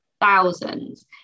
thousands